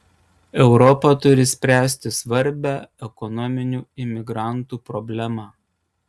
europa turi spręsti svarbią ekonominių imigrantų problemą